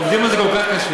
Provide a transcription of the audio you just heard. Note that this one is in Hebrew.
עובדים על זה כל כך קשה.